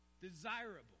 desirable